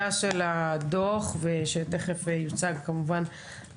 עוד לפני הקריאה של הדוח שתכף יוצג על ידי